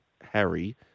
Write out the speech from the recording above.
Harry